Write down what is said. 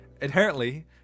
inherently